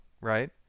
Right